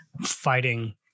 fighting